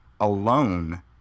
alone